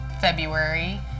February